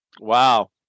Wow